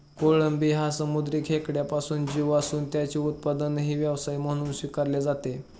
कोळंबी हा समुद्री खेकड्यासारखा जीव असून त्याचे उत्पादनही व्यवसाय म्हणून स्वीकारले जाते